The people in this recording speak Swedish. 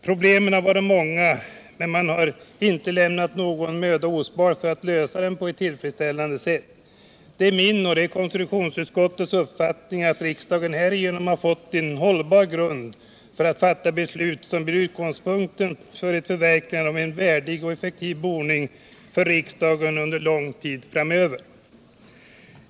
Problemen har varit många, men man har inte sparat någon möda för att lösa dem på ett tillfredsställande sätt. Det är min och konstitutionsutskottets uppfattning att riksdagen härigenom har fått en hållbar grund för att fatta beslut som blir utgångspunkten för ett förverkligande av en värdig och effektiv boning för riksdagen under en lång tid framöver.